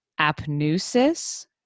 Apneusis